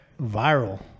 viral